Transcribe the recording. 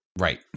Right